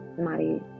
Mari